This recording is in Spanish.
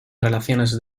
relaciones